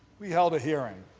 we held a hearing,